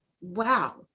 Wow